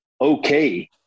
okay